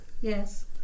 Yes